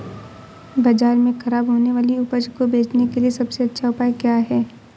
बाज़ार में खराब होने वाली उपज को बेचने के लिए सबसे अच्छा उपाय क्या हैं?